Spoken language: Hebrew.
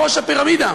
בראש הפירמידה.